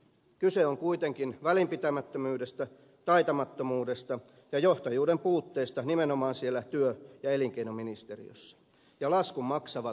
kyse on kuitenkin välinpitämättömyydestä taitamattomuudesta ja johtajuuden puutteesta nimenomaan siellä työ ja elinkeinoministeriössä ja laskun maksavat työttömät